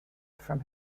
from